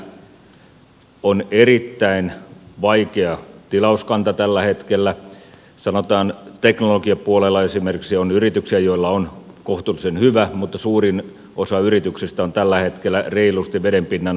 yrityksillä on erittäin vaikea tilauskanta tällä hetkellä sanotaan teknologiapuolella esimerkiksi on yrityksiä joilla on kohtuullisen hyvä mutta suurin osa yrityksistä on tällä hetkellä reilusti vedenpinnan alapuolella